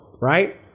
right